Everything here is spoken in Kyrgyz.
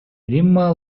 римма